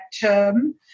term